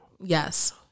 Yes